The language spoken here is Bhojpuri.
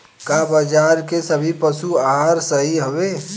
का बाजार क सभी पशु आहार सही हवें?